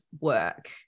work